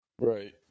Right